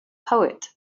poet